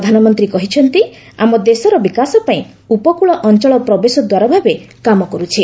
ପ୍ରଧାନମନ୍ତ୍ରୀ କହିଛନ୍ତି ଆମ ଦେଶର ବିକାଶ ପାଇଁ ଉପକୂଳ ଅଞ୍ଚଳ ପ୍ରବେଶ ଦ୍ୱାର ଭାବେ କାମ କରୁଛି